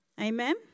Amen